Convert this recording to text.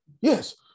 Yes